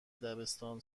دبستان